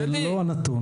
זה לא הנתון.